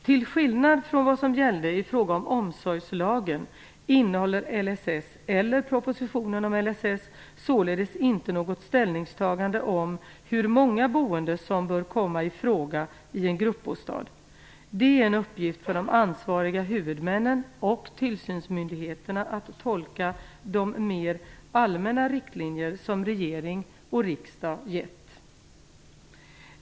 Till skillnad från vad som gällde i fråga om omsorgslagen innehåller LSS eller propositionen om LSS således inte något ställningstagande om hur många boende som bör komma i fråga i en gruppbostad. Det är en uppgift för de ansvariga huvudmännen och tillsynsmyndigheterna att tolka de mer allmänna riktlinjer som regering och riksdag har gett.